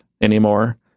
anymore